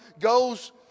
goes